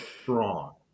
strong